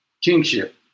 Kingship